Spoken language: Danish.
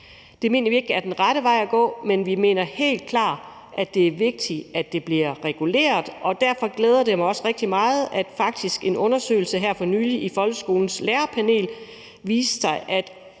Det mener vi ikke er den rette vej at gå, men vi mener helt klart, at det er vigtigt, at det bliver reguleret. Og derfor glæder det mig også rigtig meget, at en undersøgelse her for nylig blandt folkeskolens lærerpanel faktisk viste, at